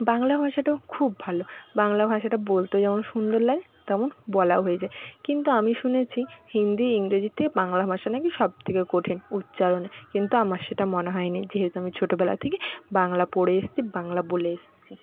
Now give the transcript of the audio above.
বাংলা ভাষাটাও খুব ভালো বাংলা ভাষাটা বলতেও যেমন সুন্দর লাগে তেমন বলাও হয়ে যায় কিন্তু আমি শুনেছি হিন্দি ইংরেজির থেকে বাংলা ভাষা না কি সব থেকে কঠিন উচ্চারণে কিন্তু আমার সেটা মনে হয় নি যেহেতু আমি ছোটোবেলা থেকে বাংলা পড়ে এসছি বাংলা বলে এসছি